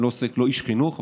אני לא איש חינוך,